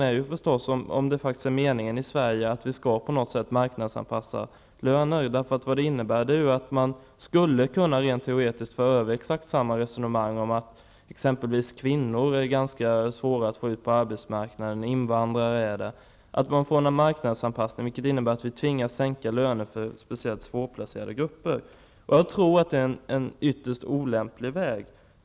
Är det meningen att vi i Sverige på något sätt skall marknadsanpassa lönerna? Det skulle innebära att man rent teoretiskt kan föra samma resonemang om att exempelvis kvinnor eller invandrare är svåra att få ut på arbetsmarknaden. Om vi skulle få någon form av marknadsanpassning, skulle det innebära att vi tvingades sänka lönerna för speciellt svårplacerade grupper. Det tror jag är en ytterst olämplig väg.